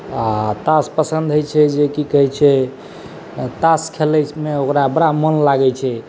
आ तास पसन्द होइ छै जे की कहै छै तास खेलयमे ओकरा बड़ा मन लागै छै